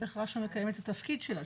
אז איך רש"א מקיימת את התפקיד שלה?